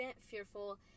fearful